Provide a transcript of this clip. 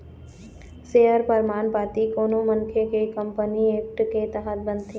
share परमान पाती कोनो मनखे के कंपनी एक्ट के तहत बनथे